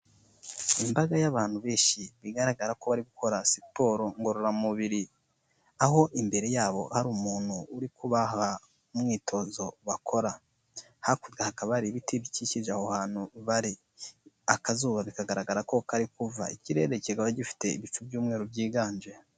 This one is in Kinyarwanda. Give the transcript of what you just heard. Imbaga y'abantu benshi bigaragara ko bari gukora siporo ngororamubiri, aho imbere yabo hari umuntu uri kubaha umwitozo bakora, hakurya hakaba hari ibiti bikikije aho hantu bari, akazuba bikagaragara ko kari kuva, ikirere kikaba gifite ibicu by'umweru byiganje.